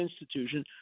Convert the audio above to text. institution